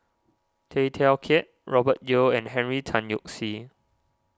Tay Teow Kiat Robert Yeo and Henry Tan Yoke See